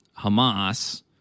Hamas